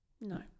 no